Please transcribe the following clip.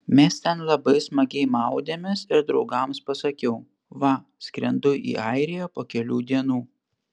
mes ten labai smagiai maudėmės ir draugams pasakiau va skrendu į airiją po kelių dienų